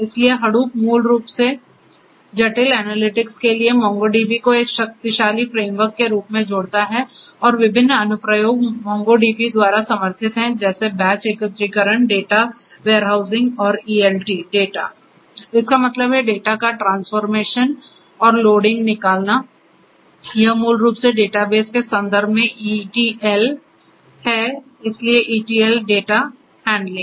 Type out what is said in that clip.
इसलिए Hadoop मूल रूप से जटिल एनालिटिक्स के लिए MongoDB को एक शक्तिशाली फ्रेमवर्क के रूप में जोड़ता है और विभिन्न अनुप्रयोग MongoDB द्वारा समर्थित हैं जैसे बैच एकत्रीकरण डेटा वेयरहाउसिंग और ETL डेटा इसका मतलब है डेटा का ट्रांसफॉर्मेशन और लोडिंग निकालना यह मूल रूप से डेटाबेस के संदर्भ में ETL है इसलिए ETL डेटा हैंडलिंग